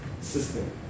system